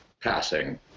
passing